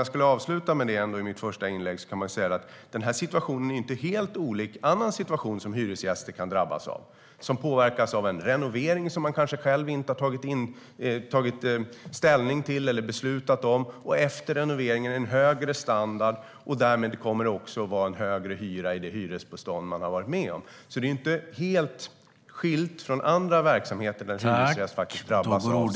Jag kan avsluta mitt första inlägg med att säga: Den här situationen är inte helt olik en annan situation som hyresgäster kan drabbas av, när de påverkas av en renovering som de kanske själva inte har beslutat om, och det efter renoveringen blir högre standard och därmed också högre hyra i hyresbeståndet. Det är inte helt skiljt från andra verksamheter där hyresgäster faktiskt drabbas.